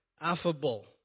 affable